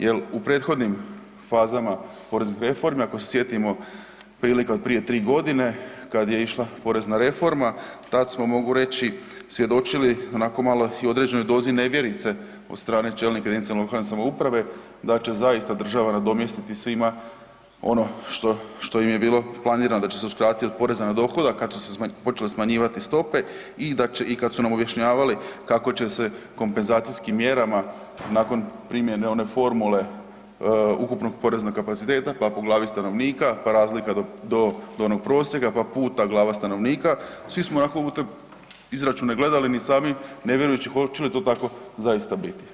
Jel u prethodnim fazama poreznih reformi ako se sjetimo prilike od tri godine kada je išla porezna reforma, tada smo mogu reći svjedočili onako malo i u određenoj dozi nevjerice od strane čelnika jedinice lokalne samouprave da će zaista država nadomjestiti svima ono što im je bilo planirano da će im se uskratiti od poreza na dohodak kada su se počele smanjivati stope i kada su nam objašnjavali kako će se kompenzacijskim mjerama nakon primjene one formule ukupnog poreznog kapaciteta pa po glavi stanovnika, pa razlika do onog prosjeka, pa puta glava stanovnika svi smo onako u te izračune gledali ni sami ne vjerujući hoće li to tako zaista biti.